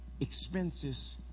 expenses